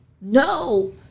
no